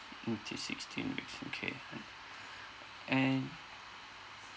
until sixteen weeks okay and